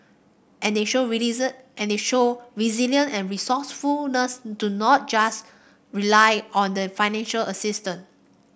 and they show and they show resilience and resourcefulness to not just rely on the financial assistance